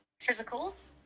physicals